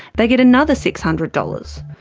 they get another six hundred dollars.